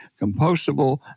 compostable